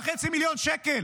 אבל 6.5 מיליון שקל